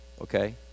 okay